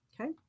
okay